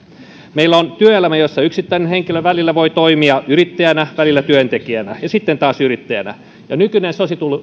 meillä on työelämä jossa yksittäinen henkilö välillä voi toimia yrittäjänä välillä työntekijänä ja sitten taas yrittäjänä ja nykyinen